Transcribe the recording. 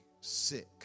sick